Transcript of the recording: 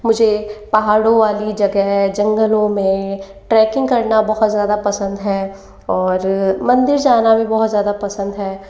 मुझे पहाड़ों वाली जगह जंगलों में ट्रैकिंग करना बहुत ज्यादा पसंद है और मंदिर जाना भी बहुत ज्यादा पसंद है